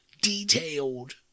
detailed